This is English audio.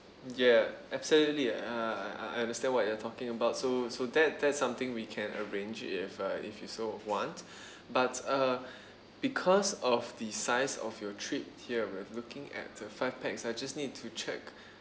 yeah absolutely uh I I understand what you're talking about so so that that's something we can arrange if uh if you sort of want but uh because of the size of your trip here we're looking at the five pax I'll just need to check